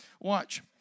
Watch